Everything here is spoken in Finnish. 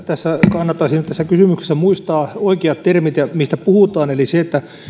kannattaisi nyt tässä kysymyksessä muistaa oikeat termit ja se mistä puhutaan eli